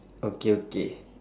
okay okay